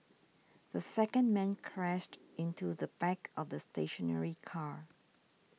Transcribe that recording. the second man crashed into the back of the stationary car